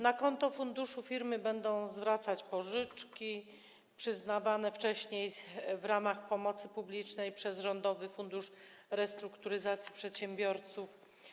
Na konto funduszu firmy będą zwracać pożyczki przyznawane wcześniej w ramach pomocy publicznej przez rządowy Fundusz Restrukturyzacji Przedsiębiorców.